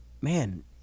man